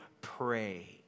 pray